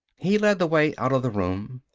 he led the way out of the room.